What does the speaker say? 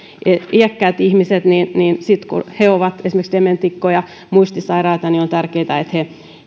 sitten kun iäkkäät ihmiset ovat esimerkiksi dementikkoja muistisairaita on tärkeätä että he